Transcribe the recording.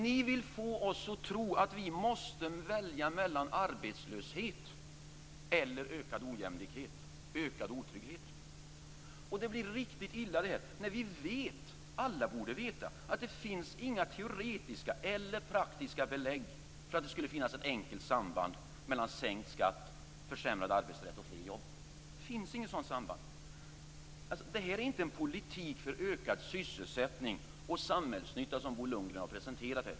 Ni vill få oss att tro att vi måste välja mellan arbetslöshet och ökad ojämlikhet och ökad otrygghet. Och riktigt illa blir detta när vi vet att det inte finns några teoretiska eller praktiska belägg för att det skulle finnas ett enkelt samband mellan sänkt skatt, försämrad arbetsrätt och fler jobb. Det finns inget sådant samband. Det är inte en politik för ökad sysselsättning och samhällsnytta som Bo Lundgren har presenterat.